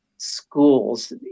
schools